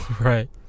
right